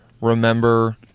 remember